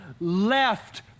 left